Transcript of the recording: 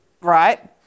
...right